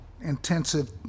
intensive